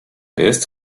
jest